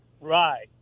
Right